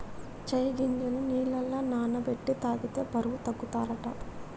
చై గింజలు నీళ్లల నాన బెట్టి తాగితే బరువు తగ్గుతారట